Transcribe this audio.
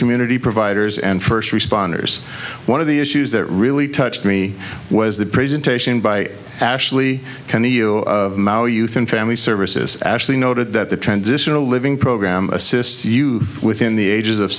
community providers and first responders one of the issues that really touched me was the presentation by ashley can you maui youth and family services actually noted that the transitional living program assists you within the ages of